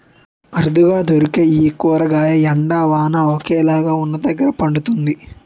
అరుదుగా దొరికే ఈ కూరగాయ ఎండ, వాన ఒకేలాగా వున్నదగ్గర పండుతుంది